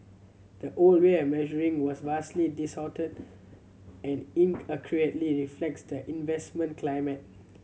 the old way of measuring was vastly distorted and inaccurately reflects the investment climate